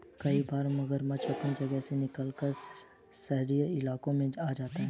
कई बार मगरमच्छ अपनी जगह से निकलकर रिहायशी इलाकों में आ जाते हैं